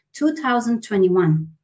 2021